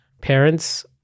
parents